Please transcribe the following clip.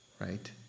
right